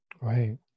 Right